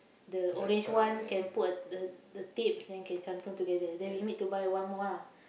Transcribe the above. the orange one can put the the tape then can cantum together then we need to buy one more ah